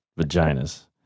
vaginas